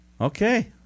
Okay